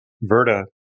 Verda